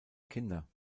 kinder